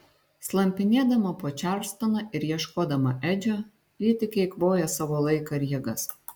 slampinėdama po čarlstoną ir ieškodama edžio ji tik eikvoja savo laiką ir jėgas